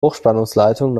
hochspannungsleitungen